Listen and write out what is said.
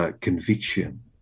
conviction